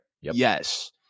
Yes